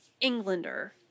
Englander